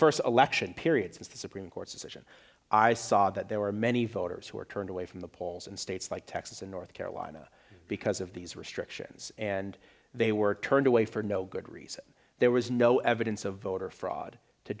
first election period since the supreme court's decision i saw that there were many voters who were turned away from the polls in states like texas and north carolina because of these restrictions and they were turned away for no good reason there was no evidence of voter fraud to